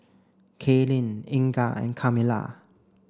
Kaylene Inga and Kamilah